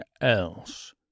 else